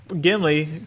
Gimli